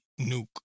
nuke